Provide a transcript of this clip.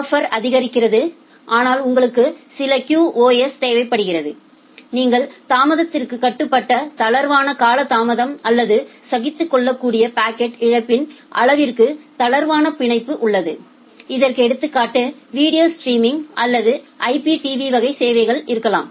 buffer ஆதரிக்கிறது ஆனால் உங்களுக்கு சில QoS தேவைப்படுகிறது நீங்கள் தாமதத்திற்கு கட்டுப்பட்ட தளர்வான காலதாமதம் அல்லது சகித்துக்கொள்ளக்கூடிய பாக்கெட் இழப்பின் அளவிற்கு தளர்வான பிணைப்பு உள்ளது இதற்கு எடுத்துக்காட்டாக வீடியோ ஸ்ட்ரீமிங் அல்லது IPTV வகை சேவைகள் இருக்கலாம்